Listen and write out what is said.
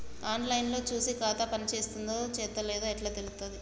On line లో చూసి ఖాతా పనిచేత్తందో చేత్తలేదో ఎట్లా తెలుత్తది?